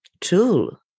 tool